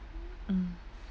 mm